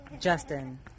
Justin